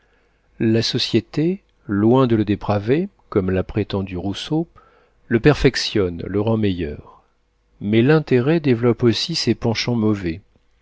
la société loin de le dépraver comme l'a prétendu rousseau le perfectionne le rend meilleur mais l'intérêt développe aussi ses penchants mauvais